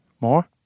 more